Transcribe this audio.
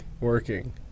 working